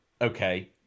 okay